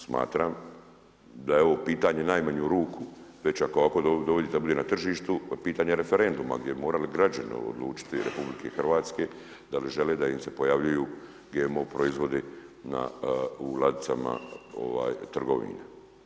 Smatram da je ovo pitanje u najmanju ruku, već ako dovodite … na tržištu pitanje referenduma, gdje bi morali građani odlučiti RH, da li žele da im se pojavljuju GMO proizvodi u ladicama trgovini.